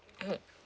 mmhmm